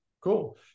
Cool